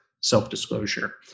self-disclosure